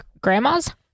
grandmas